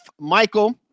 Michael